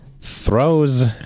Throws